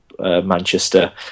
Manchester